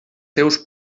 seus